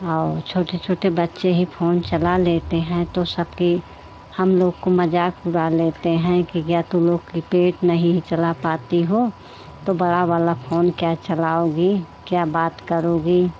और छोटे छोटे बच्चे ही फोन चला लेते हैं तो सबकी हम लोग को मज़ाक उड़ा लेते हैं कि क्या तम लोग किपेड नहीं चला पाती हो तो बड़ा वाला फोन क्या चलाओगी क्या बात करोगी